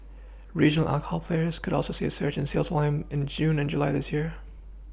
regional alcohol players could also see a surge in sales volumes in June and July this year